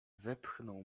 wepchnął